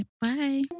Bye